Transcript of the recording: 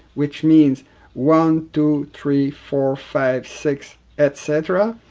which means one, two, three, four, five, six, etc,